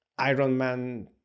Ironman